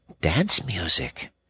Dance-music